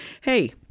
hey